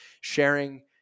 sharing